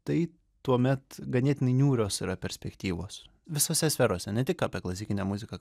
tai tuomet ganėtinai niūrios yra perspektyvos visose sferose ne tik apie klasikinę muziką